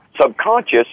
subconscious